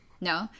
No